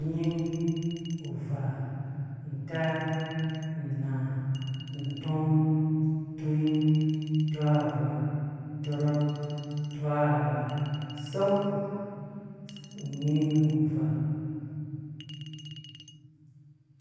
Unyin uvaa untaar unaa utɔ tɔnyin tɔvaa tɔrɔk tɔrha sɔk unyin uvaa.